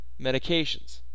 medications